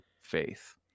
faith